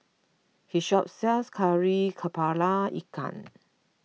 he shop sells Kari Kepala Ikan